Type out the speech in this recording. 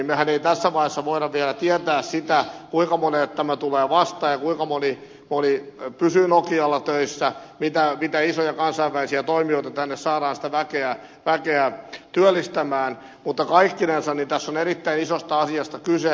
mehän emme tässä vaiheessa voi vielä tietää sitä kuinka monelle tämä tulee vastaan ja kuinka moni pysyy nokialla töissä mitä isoja kansainvälisiä toimijoita tänne saadaan sitä väkeä työllistämään mutta kaikkinensa tässä on erittäin isosta asiasta kyse